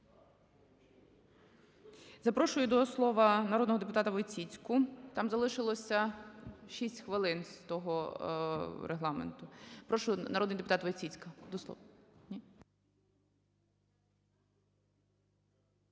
Запрошую до слова народного депутата Войціцьку. Там залишилося 6 хвилин з того регламенту. Прошу, народний депутат Войціцька,